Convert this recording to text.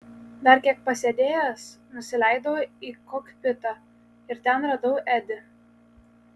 dar kiek pasėdėjęs nusileidau į kokpitą ir ten radau edį